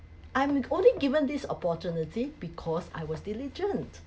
I'm only given this opportunity because I was diligent